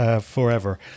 forever